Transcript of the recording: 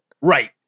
Right